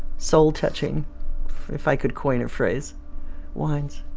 soul-touching if i could coin a phrase wines?